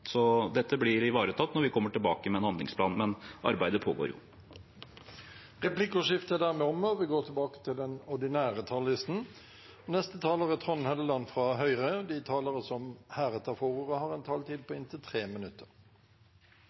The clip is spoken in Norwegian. Dette blir ivaretatt når vi kommer tilbake med en handlingsplan, men arbeidet pågår. Replikkordskiftet er omme. De talere som heretter får ordet, har en taletid på inntil 3 minutter. Dette virker som en sak som det burde være mulig å bli enige om, men så har